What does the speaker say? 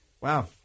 Wow